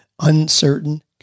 uncertain